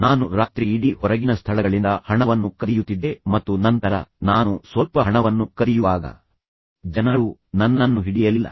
ನಾನು ರಾತ್ರಿಯಿಡೀ ಹೊರಗಿನ ಸ್ಥಳಗಳಿಂದ ಹಣವನ್ನು ಕದಿಯುತ್ತಿದ್ದೆ ಮತ್ತು ನಂತರ ನಾನು ಸ್ವಲ್ಪ ಹಣವನ್ನು ಕದಿಯುವಾಗ ಜನರು ನನ್ನನ್ನು ಹಿಡಿಯಲಿಲ್ಲ